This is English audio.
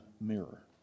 mirror